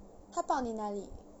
他抱你哪里